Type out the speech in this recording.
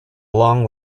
long